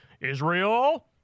Israel